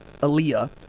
Aaliyah